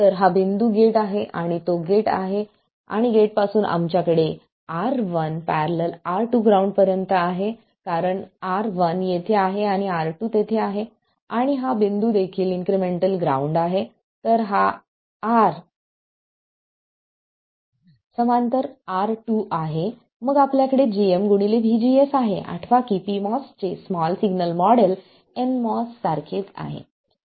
तर हा बिंदू गेट आहे आणि तो गेट आहे आणि गेटपासून आमच्याकडे R1 ║ R2 ग्राउंडपर्यंत आहे कारण R1 येथे आहे आणि R2 तेथे आहे आणि हा बिंदू देखील इन्क्रिमेंटल ग्राउंड आहे हा R समांतर R2 आहे मग आपल्याकडे gm vGS आहे आठवा की pMOS चे स्मॉल सिग्नल मॉडेल nMOS सारखेच आहे